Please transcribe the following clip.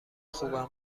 خوبم